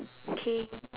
K